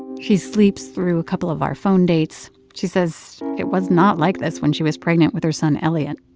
and she sleeps through a couple of our phone dates. she says it was not like this when she was pregnant with her son elliott.